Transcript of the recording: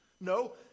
No